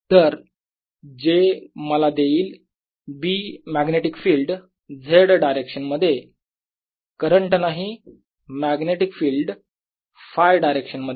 तर j मला देईल B magnetic field z direction मध्ये करंट नाही मॅग्नेटीक फिल्ड Φ डायरेक्शन मध्ये